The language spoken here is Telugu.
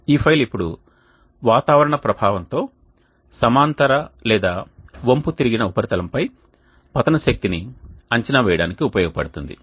ఈ ఫైల్ ఇప్పుడు వాతావరణ ప్రభావంతో సమాంతర లేదా వంపుతిరిగిన ఉపరితలంపై పతన శక్తిని అంచనా వేయడానికి ఉపయోగించబడుతుంది